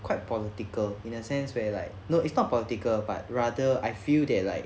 quite political in a sense where like no it's not political but rather I feel that like